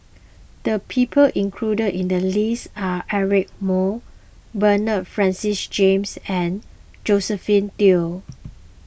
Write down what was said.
the people included in the list are Eric Moo Bernard Francis James and Josephine Teo